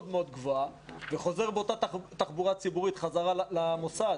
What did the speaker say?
מאוד גבוהה וחוזר באותה תחבורה ציבורית חזרה למוסד.